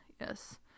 Yes